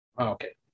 Okay